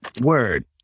Word